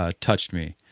ah touched me.